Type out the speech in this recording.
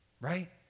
Right